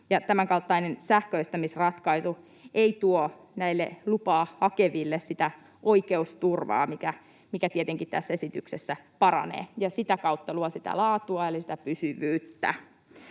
tämänkaltainen sähköistämisratkaisu ei tuo näille lupaa hakeville sitä oikeusturvaa, mikä tietenkin tässä esityksessä paranee ja sitä kautta luo sitä laatua eli sitä pysyvyyttä.